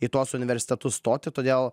į tuos universitetus stoti todėl